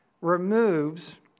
removes